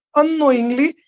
unknowingly